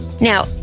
Now